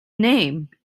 name